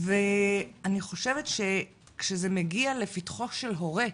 ואני חושבת שכשזה מגיע לפתחו של הורה,